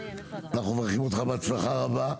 אנחנו מאחלים לך בהצלחה רבה,